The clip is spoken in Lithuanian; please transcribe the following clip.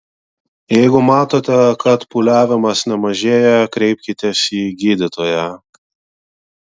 jeigu matote kad pūliavimas nemažėja kreipkitės į gydytoją